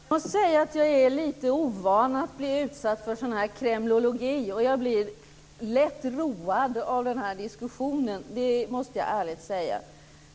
Fru talman! Jag måste säga att jag är lite ovan vid att bli utsatt för sådan här kremlologi. Samtidigt är jag lätt road av diskussionen; det måste jag ärligt säga.